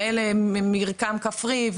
ואלה מרקם כפרי,